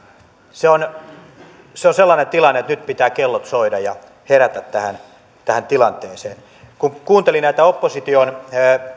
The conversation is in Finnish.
se on se on sellainen tilanne että nyt pitää kellojen soida ja herätä tähän tähän tilanteeseen kun kuuntelin näitä opposition